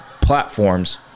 platforms